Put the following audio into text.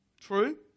True